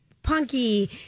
Punky